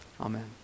Amen